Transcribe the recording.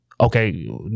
okay